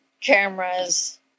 cameras